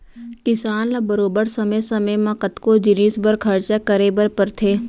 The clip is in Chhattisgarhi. किसान ल बरोबर समे समे म कतको जिनिस बर खरचा करे बर परथे